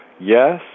Yes